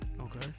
Okay